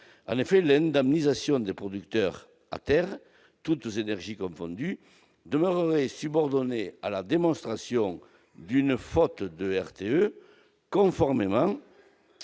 En effet, l'indemnisation des producteurs à terre, toutes énergies confondues, demeurerait subordonnée à la démonstration d'une faute de RTE, conformément